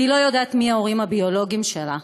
והיא לא יודעת מי ההורים הביולוגיים שלה.